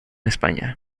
españa